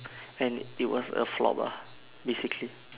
and it was a flop lah basically